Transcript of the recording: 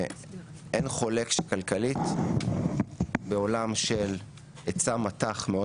אין חולק שכלכלית בעולם של היצע מט"ח מאוד